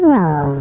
Roll